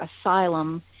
asylum